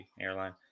airline